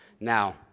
Now